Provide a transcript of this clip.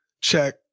check